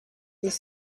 les